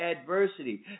adversity